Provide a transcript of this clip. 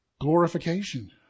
glorification